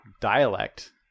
dialect